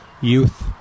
youth